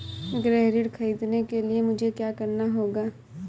गृह ऋण ख़रीदने के लिए मुझे क्या करना होगा?